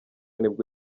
nibwo